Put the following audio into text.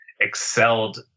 excelled